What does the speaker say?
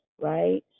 right